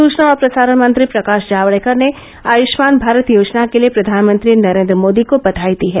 सचना और प्रसारण मंत्री प्रकाश जावडेकर ने आयुष्मान भारत योजना के लिए प्रधानमंत्री नरेन्द्र मोदी को बघाई दी है